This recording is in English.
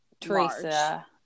Teresa